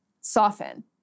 soften